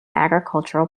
agricultural